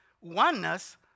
oneness